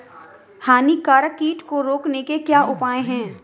हानिकारक कीट को रोकने के क्या उपाय हैं?